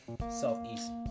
Southeast